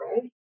right